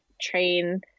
train